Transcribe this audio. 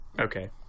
Okay